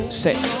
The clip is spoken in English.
set